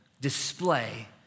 display